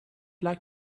like